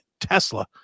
Tesla